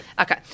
Okay